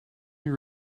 your